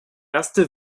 erste